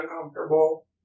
uncomfortable